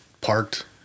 parked